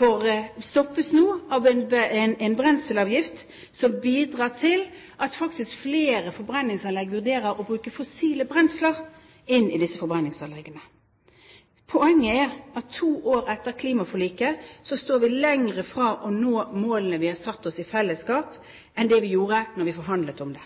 nå stoppes av en brenselsavgift som bidrar til at faktisk flere forbrenningsanlegg vurderer å bruke fossile brensler i disse anleggene. Poenget er at vi to år etter klimaforliket står lenger fra å nå de målene vi satte oss i fellesskap, enn det vi gjorde da vi forhandlet om det.